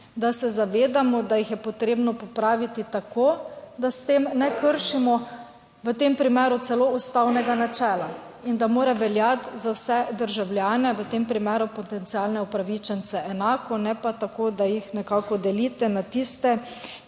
da se zavedamo, da jih je potrebno popraviti tako, da s tem ne kršimo v tem primeru celo ustavnega načela in da mora veljati za vse državljane, v tem primeru potencialne upravičence, enako, ne pa tako, da jih nekako delite na tiste,